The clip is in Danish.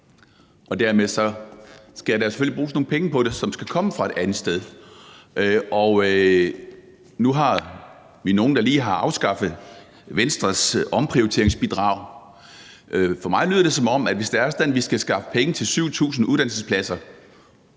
Dermed skal der selvfølgelig bruges nogle penge på det, som skal komme fra et andet sted. Og nu er vi nogen, der lige har afskaffet Venstres omprioriteringsbidrag. For mig lyder det sådan her: Hvis det er sådan, at vi skal skaffe penge til 7.000 uddannelsespladser,